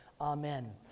Amen